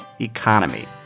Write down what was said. Economy